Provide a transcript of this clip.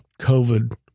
COVID